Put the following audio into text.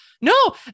no